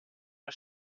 der